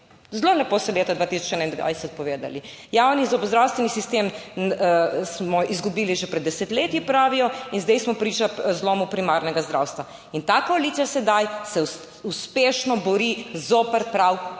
zelo lepo so leta 2021 povedali. Javni zobozdravstveni sistem smo izgubili že pred desetletji, pravijo, in zdaj smo priča zlomu primarnega zdravstva. In ta koalicija sedaj se uspešno bori zoper prav ta